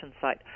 site